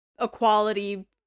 equality